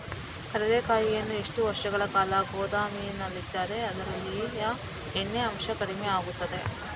ಕಡ್ಲೆಕಾಯಿಯನ್ನು ಎಷ್ಟು ವರ್ಷಗಳ ಕಾಲ ಗೋದಾಮಿನಲ್ಲಿಟ್ಟರೆ ಅದರಲ್ಲಿಯ ಎಣ್ಣೆ ಅಂಶ ಕಡಿಮೆ ಆಗುತ್ತದೆ?